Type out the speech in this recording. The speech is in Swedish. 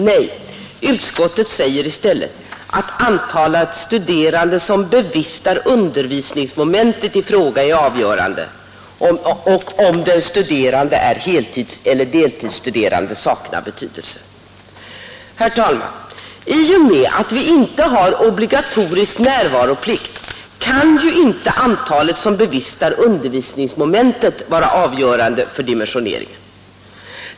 Nej, utskottet säger i stället att antalet studerande som bevistar undervisningsmomentet i fråga är avgörande, och om den studerande är heltidseller deltidsstuderande saknar betydelse. Herr talman! I och med att vi inte har obligatorisk närvaroplikt kan ju inte antalet som bevistar undervisningsmomentet vara avgörande för dimensioneringen.